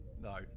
No